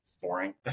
boring